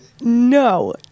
No